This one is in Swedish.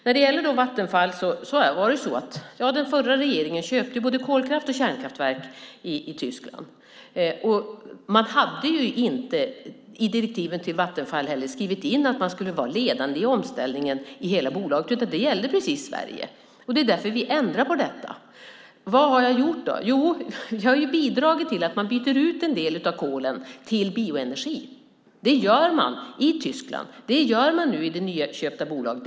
När det gäller Vattenfall köpte den förra regeringen både kolkraft och kärnkraftverk i Tyskland. Man hade inte i direktiven till Vattenfall skrivit in att man skulle vara ledande i omställningen i hela bolaget, utan det gällde Sverige. Det var därför som vi ändrar på detta. Vad har jag gjort då? Vi har bidragit till att man byter ut en del av kolen till bioenergi. Det gör man i Tyskland. Det gör man nu i det nyköpta bolaget.